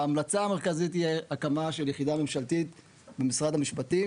ההמלצה המרכזית היא הקמה של יחידה ממשלתית במשרד המשפטים